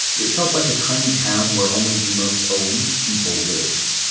it felt like a tiny town where only the most elite people lived.